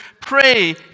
pray